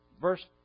verse